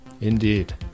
indeed